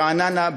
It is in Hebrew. ברעננה,